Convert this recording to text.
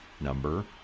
number